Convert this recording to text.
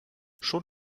schon